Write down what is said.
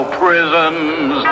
prisons